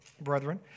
brethren